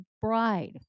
bride